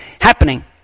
happening